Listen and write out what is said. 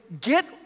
get